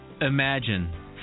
Imagine